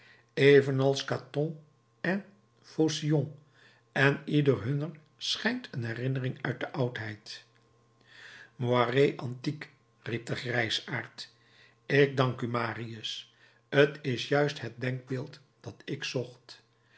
evenals caton en phocion en ieder hunner schijnt een herinnering uit de oudheid moire antique riep de grijsaard ik dank u marius t is juist het denkbeeld dat ik zocht